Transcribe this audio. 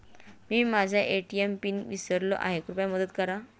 मी माझा ATM pin विसरलो आहे, कृपया मदत करा